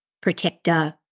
protector